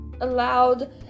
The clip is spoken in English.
Allowed